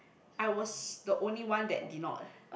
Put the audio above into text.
I was the only one that did not